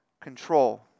control